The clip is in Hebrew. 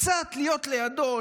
קצת להיות לידו,